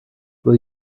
will